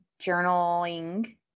journaling